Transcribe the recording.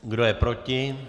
Kdo je proti?